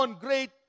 great